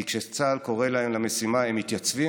כי כשצה"ל קורא להם למשימה הם מתייצבים,